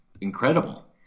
incredible